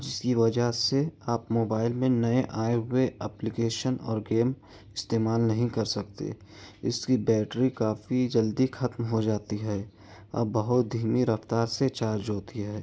جس کی وجہ سے آپ موبائل میں نئے آئے ہوئے اپلیکشن اور گیم استعمال نہیں کر سکتے اس کی بیٹری کافی جلدی ختم ہو جاتی ہے اور بہت دھیمی رفتار سے چارج ہوتی ہے